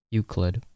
Euclid